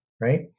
right